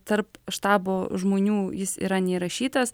tarp štabo žmonių jis yra neįrašytas